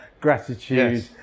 gratitude